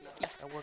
Yes